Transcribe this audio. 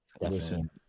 Listen